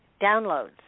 downloads